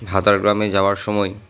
ভাতারগ্রামে যাওয়ার সময়